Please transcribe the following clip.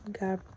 God